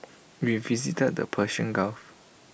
we visited the Persian gulf